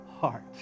heart